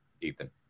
Ethan